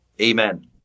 Amen